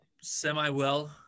semi-well